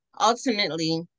ultimately